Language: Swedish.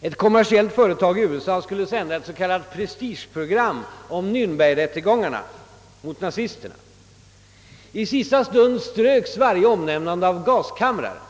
Ett kommersiellt företag i USA skulle sända ett så kallat prestigeprogram om Niärnbergrättegångarna mot nazisterna. I sista stund ströks varje omnämnande av gaskamrarna,